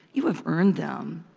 you have earned them!